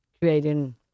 creating